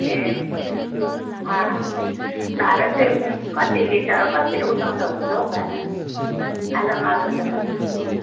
ए अँ भाडा चाहिँ कति लिन्छ र कसरी उठाउँदा हुन्छ हौ भाडा आज मालबजारको